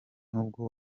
nubwo